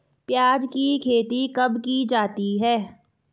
प्याज़ की खेती कब की जाती है?